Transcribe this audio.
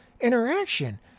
interaction